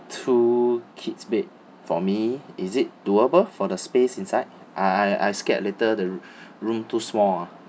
two kids bed for me is it doable for the space inside I I I scared later the room too small ah